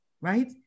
right